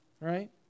right